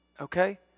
okay